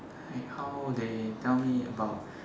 like how they tell me about